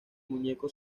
muñeco